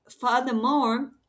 Furthermore